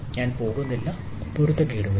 ഞാൻ പോകുന്നില്ല ഒരു പൊരുത്തക്കേടും ഇല്ല